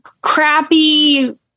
crappy